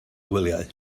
gwyliau